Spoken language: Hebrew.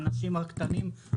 האנשים הקטנים,